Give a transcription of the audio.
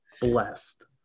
blessed